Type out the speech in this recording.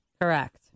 Correct